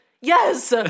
yes